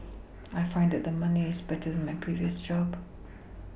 I find that the money is better than my previous job